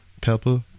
pepper